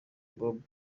bob